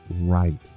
right